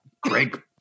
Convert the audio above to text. Greg